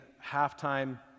half-time